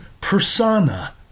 persona